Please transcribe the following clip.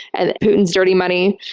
and putin's dirty money.